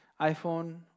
iPhone